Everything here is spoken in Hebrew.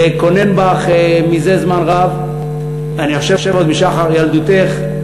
קינן בך מזה זמן רב, אני חושב שעוד משחר ילדותך.